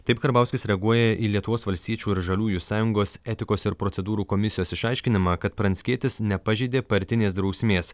taip karbauskis reaguoja į lietuvos valstiečių ir žaliųjų sąjungos etikos ir procedūrų komisijos išaiškinimą kad pranckietis nepažeidė partinės drausmės